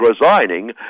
resigning